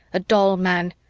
a doll man.